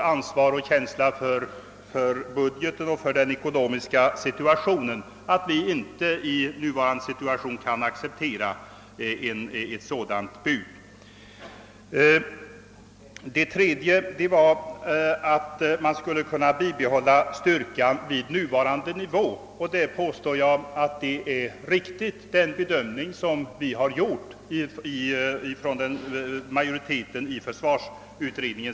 Vi känner så stort ansvar för budgeten och den ekonomiska situationen, att vi inte i nuvarande situation kan acceptera ett sådant bud. Det tredje felet som jag skulle ha gjort mig skyldig till var att jag sade att man skulle bibehålla styrkan av vårt försvar på nuvarande nivå med det socialdemokratiska budet i försvarsfrågan. Jag påstår att det är en riktig bedömning som vi har gjort från majoritetens sida i försvarsutredningen.